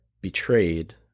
betrayed